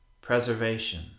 preservation